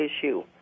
issue